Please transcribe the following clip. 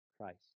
Christ